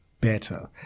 better